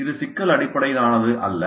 இது சிக்கல் அடிப்படையிலானது அல்ல